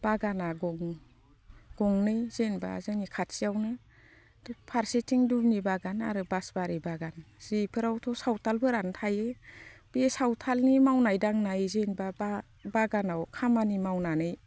बागाना गंनै जेनेबा जोंनि खाथियावनो फारसेथिं दुमनि बागान आरो बासबारि बागान बेफोरावथ' सावथालफोरानो था यो बे सावथालनि मावनाय दांनाय जेनेबा बागानाव खामानि मावनानै